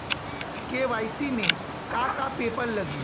KYC में का का पेपर लगी?